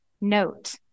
note